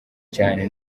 cyane